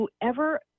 whoever